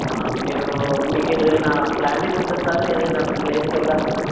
మీరు మీకు ఏదైనా ప్లానింగ్ ఉందా సారూ ఏదైనా ప్లేస్కి వెళ్ళాలని